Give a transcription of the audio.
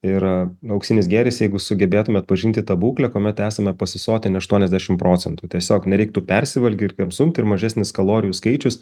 yra auksinis gėris jeigu sugebėtumėt pažinti tą būklę kuomet esame pasisotinę aštuoniasdešim procentų tiesiog nereiktų persivalgyt neapsunkti r mažesnis kalorijų skaičius